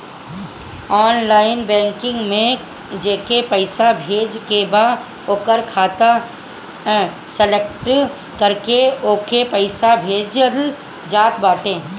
online banking में जेके पईसा भेजे के बा ओकर खाता सलेक्ट करके ओके पईसा भेजल जात बाटे